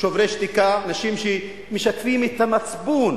"שוברים שתיקה", אנשים שמשקפים את המצפון,